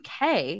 UK